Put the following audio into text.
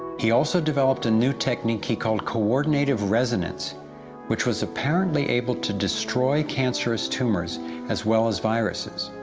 he also developed a new technique he called coordinated resonance which was apparently able to destroy cancerous tumors as well as viruses.